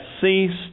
ceased